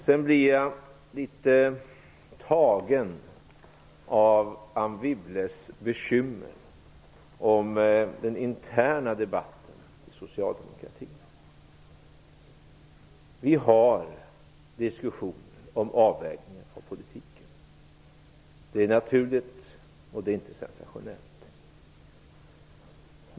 Jag blir litet tagen av Anne Wibbles bekymmer om den interna debatten inom socialdemokratin. Vi har diskussioner om avvägningen av politiken. Det är naturligt, och det är inte sensationellt.